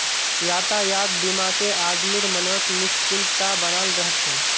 यातायात बीमा से आदमीर मनोत् निश्चिंतता बनाल रह छे